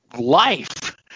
life